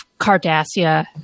Cardassia